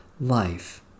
Life